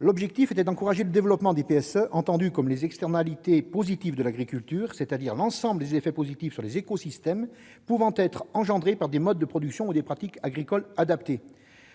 L'objectif était d'encourager le développement des PSE, entendus comme les externalités positives de l'agriculture, c'est-à-dire l'ensemble des effets positifs susceptibles d'être engendrés par des modes de production ou des pratiques agricoles adaptés.